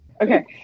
okay